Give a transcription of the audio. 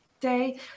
day